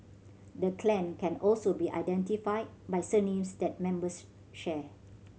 the clan can also be identified by surnames that members share